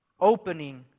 Opening